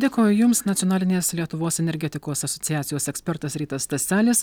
dėkoju jums nacionalinės lietuvos energetikos asociacijos ekspertas rytas staselis